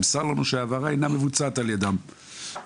נמסר לנו שההעברה אינה מבוצעת על ידם בשל